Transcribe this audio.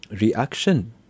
reaction